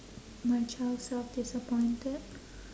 my child self disappointed